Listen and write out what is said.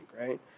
right